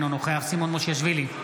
אינו נוכח סימון מושיאשוילי,